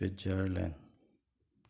Switzerland